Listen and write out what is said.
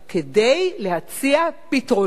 כדי להציע פתרונות,